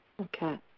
Okay